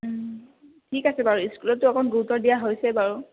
ওম ঠিক আছে বাৰু স্কুলততো অকণ গুৰুত্ব দিয়া হৈছে বাৰু